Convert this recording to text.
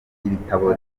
ibitabo